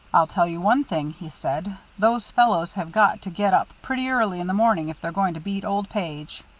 i'll tell you one thing, he said, those fellows have got to get up pretty early in the morning if they're going to beat old page.